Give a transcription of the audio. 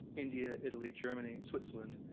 india, italy, germany, switzerland,